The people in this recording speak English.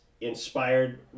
inspired